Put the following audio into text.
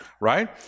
right